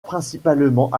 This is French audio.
principalement